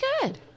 good